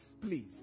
please